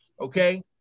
okay